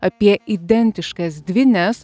apie identiškas dvynes